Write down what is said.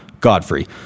Godfrey